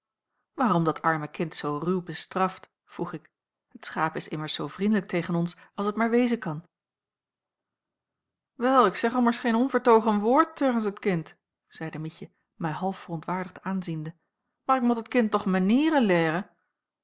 waarom dat arme kind zoo ruw bestraft vroeg ik het schaap is immers zoo vriendelijk tegen ons als t maar wezen kan wel ik zeg ommers geen onvertogen woord teugens het kind zeide mietje mij half verontwaardigd aanziende maar ik mot het kind toch